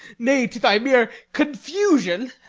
nay, to thy mere confusion,